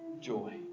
joy